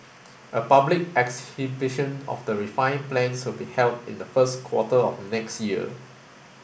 a public exhibition of the refined plans will be held in the first quarter of next year